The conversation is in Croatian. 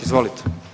Izvolite.